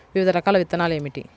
వివిధ రకాల విత్తనాలు ఏమిటి?